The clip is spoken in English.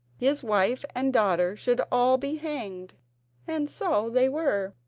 his wife and daughter should all be hanged and so they were.